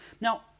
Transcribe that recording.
Now